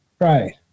right